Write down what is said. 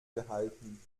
gehalten